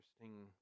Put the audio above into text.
interesting